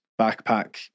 backpack